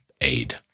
aid